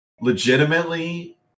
legitimately